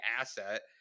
asset